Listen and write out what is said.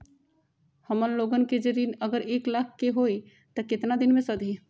हमन लोगन के जे ऋन अगर एक लाख के होई त केतना दिन मे सधी?